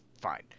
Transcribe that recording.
fine